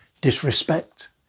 disrespect